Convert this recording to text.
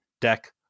deck